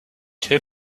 too